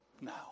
Now